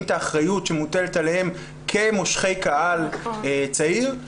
את האחריות שמוטלת עליהם כמושכי קהל צעיר,